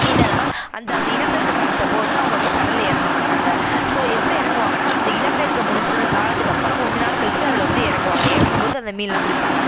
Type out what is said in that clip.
மீனெல்லாம் அந்த அந்த இனப்பெருக்க காலத்த அப்போ வந்து அவங்க வந்து கடலில் இறங்கமாட்டாங்க ஸோ எப்போ இறங்குவாங்கனா அந்த இனப்பெருக்கம் முடிஞ்சுட்ட அந்த காலத்துக்கு அப்பறம் கொஞ்சம் நாள் கழித்து அதில் வந்து இறங்குவாங்க இறங்கும்போது அந்த மீன்லாம் பிடிப்பாங்க